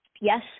Yes